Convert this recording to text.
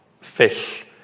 fish